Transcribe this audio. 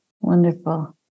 Wonderful